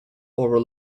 over